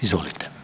Izvolite.